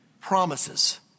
promises